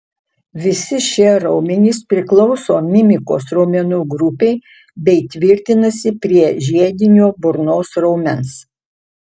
visi šie raumenys priklauso mimikos raumenų grupei bei tvirtinasi prie žiedinio burnos raumens